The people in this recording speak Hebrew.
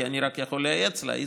כי אני רק יכול לייעץ לה,